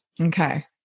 Okay